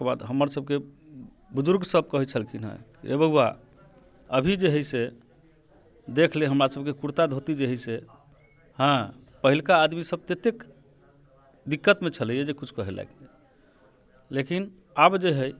एकर बाद हमर सभके बुजुर्ग सभ कहै छेलखिन हेँ जे बौआ अभी जे है से देखले हमरा सभके कुर्ता धोती जे है से हँ पहिलका आदमी सभ ततेक दिक्कतमे छेलै है जे किछु कहै लागि नहि लेकिन आब जे है